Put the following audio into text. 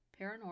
paranormal